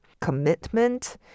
commitment